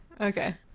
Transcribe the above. Okay